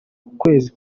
ukwezi